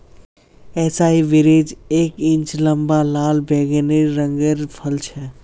एसाई berries एक इंच लंबा लाल बैंगनी रंगेर फल छे